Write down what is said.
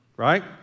Right